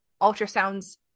ultrasounds